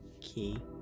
Key